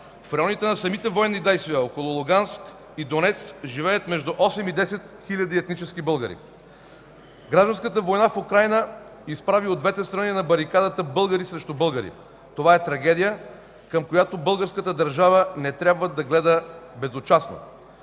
В районите на самите военни действия – около Луганск и Донецк, живеят между 8 и 10 хил. етнически българи. Гражданската война в Украйна изправи от двете страни на барикадата българи срещу българи. Това е трагедия, към която българската държава не трябва да гледа безучастно.